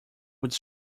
would